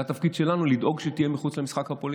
זה התפקיד שלנו לדאוג שהיא תהיה מחוץ למשחק הפוליטי.